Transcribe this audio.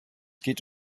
geht